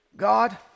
God